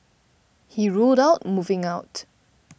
he ruled out moving out